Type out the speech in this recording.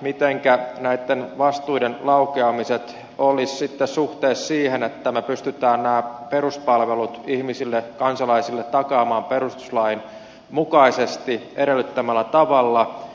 mitenkä näitten vastuiden laukeamiset olisivat sitten suhteessa siihen että me pystymme nämä peruspalvelut ihmisille kansalaisille takaamaan perustuslain edellyttämällä tavalla